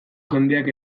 jendeak